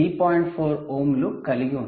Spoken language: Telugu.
4 ఓంలు కలిగి ఉంది